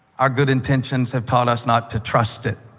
our good intentions have taught us not to trust it.